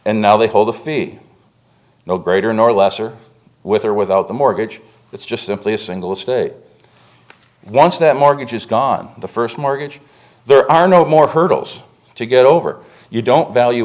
and now they hold the fee no greater nor lesser with or without the mortgage it's just simply a single state and once that mortgage is gone the first mortgage there are no more hurdles to get over you don't value